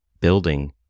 building